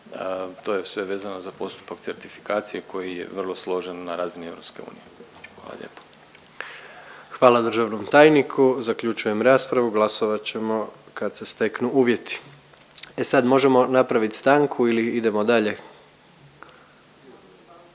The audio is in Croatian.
to je sve vezano za postupak certifikacije koji je vrlo složen na razini EU, hvala lijepo. **Jandroković, Gordan (HDZ)** Hvala državnom tajniku, zaključujem raspravu, glasovat ćemo kad se steknu uvjeti. E sad možemo napravit stanku ili idemo dalje?